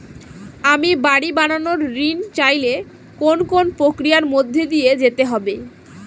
আমি বাড়ি বানানোর ঋণ চাইলে কোন কোন প্রক্রিয়ার মধ্যে দিয়ে যেতে হবে?